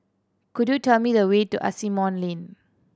could you tell me the way to Asimont Lane